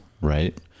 Right